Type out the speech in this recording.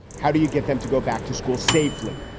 how do you get them to go back to school safely?